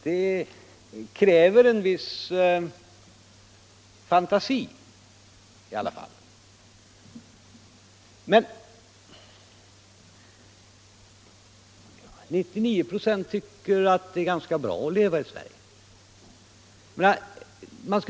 Det kräver i alla fall en viss fantasi. Men 99 96 tycker att det är ganska bra att leva i Sverige.